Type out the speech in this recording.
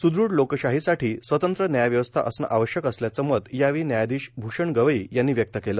सुदुढ लोकशाहीसाठी स्वतंत्र न्याय क्यवस्था असणं आवश्यक असल्याचं मत द्यावेळी भूषण गवई यांनी व्यक्त केलं